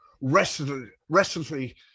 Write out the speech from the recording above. restlessly